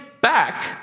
back